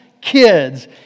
kids